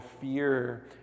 fear